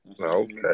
okay